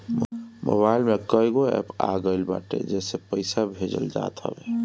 mobile में कईगो app आ गईल बाटे जेसे पईसा भेजल जात हवे